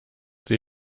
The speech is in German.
sie